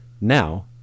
Now